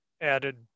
added